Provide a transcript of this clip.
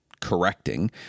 correcting